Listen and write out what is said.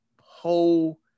whole